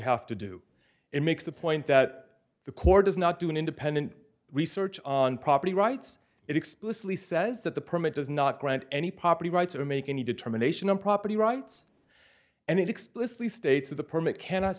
have to do it makes the point that the corps does not do an independent research on property rights it explicitly says that the permit does not grant any property rights or make any determination on property rights and it explicitly states that the permit cannot